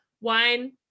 wine